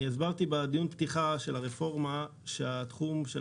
אני הסברתי בדיון הפתיחה של הרפורמה שהתחום של